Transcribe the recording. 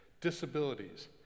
disabilities